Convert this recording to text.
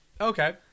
okay